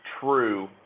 true